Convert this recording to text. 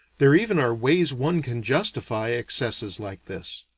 there even are ways one can justify excesses like this.